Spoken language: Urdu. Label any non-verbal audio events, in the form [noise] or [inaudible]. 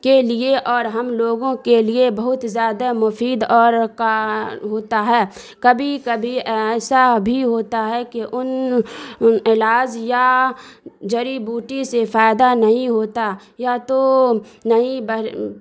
کے لیے اور ہم لوگوں کے لیے بہت زیادہ مفید اور [unintelligible] ہوتا ہے کبھی کبھی ایسا بھی ہوتا ہے کہ ان ان علاج یا جڑی بوٹی سے فائدہ نہیں ہوتا یا تو نہیں [unintelligible]